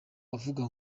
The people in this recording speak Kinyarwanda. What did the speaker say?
avuga